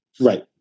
Right